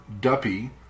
duppy